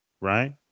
Right